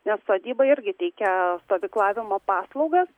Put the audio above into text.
nes sodyba irgi teikia stovyklavimo paslaugas